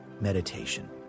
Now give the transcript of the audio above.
meditation